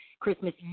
Christmas